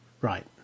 Right